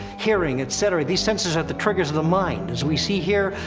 hearing, et cetera, these senses are the triggers of the mind, as we see here,